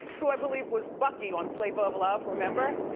who i believe was bucky on flavor of love. remember?